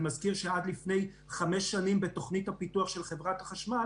אני מזכיר שעד לפני חמש שנים בתוכנית הפיתוח של חברת החשמל